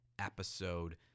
episode